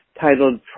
titled